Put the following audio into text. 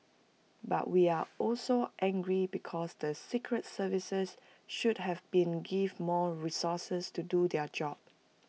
but we are also angry because the secret services should have been give more resources to do their job